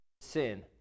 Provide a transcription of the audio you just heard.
sin